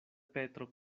petro